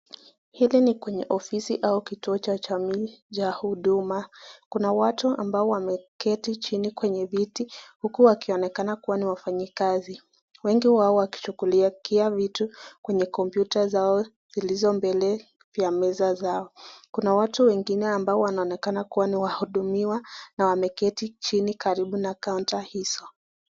Hili ni kwenye ofisi au kituo cha jamii cha huduma, kuna watu ambao wameketi chini kwenye viti huku wakionekana kuwa ni wafanyikazi. Wengi wao wakishughulikia vitu kwenye kompyuta zao vilivyo mbele ya meza zao, kuna watu wengine ambao wanaonekana kuwa ni wahudumiwa na wameketi chini karibu na kaunta hizo.